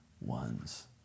ones